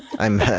i'm